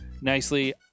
nicely